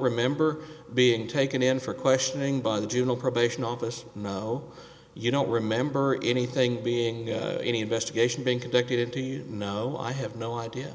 remember being taken in for questioning by the juvenile probation office no you don't remember anything being any investigation being conducted to you know i have no idea